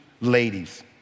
ladies